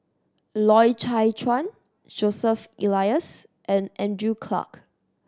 Loy Chye Chuan Joseph Elias and Andrew Clarke